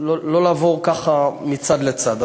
לא לעבור ככה מצד לצד.